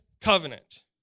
covenant